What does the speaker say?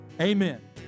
Amen